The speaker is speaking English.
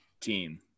team